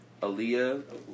Aaliyah